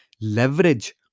leverage